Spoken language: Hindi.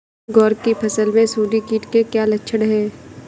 ग्वार की फसल में सुंडी कीट के क्या लक्षण है?